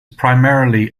primarily